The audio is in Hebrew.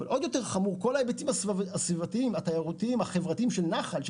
הדבר החמור יותר הוא כל ההיבטים הסביבתיים והתיירותיים החברתיים של נחל.